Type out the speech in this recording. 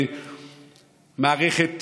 במערכת